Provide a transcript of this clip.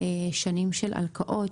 שנים של הלקאות,